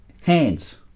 hands